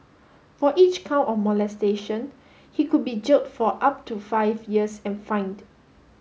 for each count of molestation he could be jailed for up to five years and fined